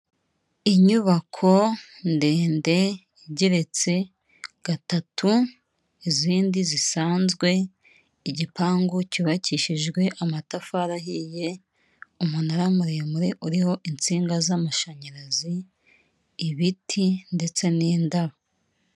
Inyubako ndende igeretse gatatu. izindi zisanzwe igipangu cyubakishijwe amatafari ahiye, umunara muremure uriho insinga z'amashanyarazi ibiti ndetse n'indabo.